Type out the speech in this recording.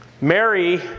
Mary